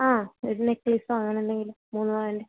ആ ഒരു നെക്ളേസ് വാങ്ങണം എന്തെങ്കിലും മൂന്ന് പവൻ്റെ